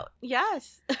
yes